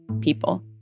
people